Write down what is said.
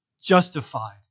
Justified